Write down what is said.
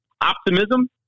optimism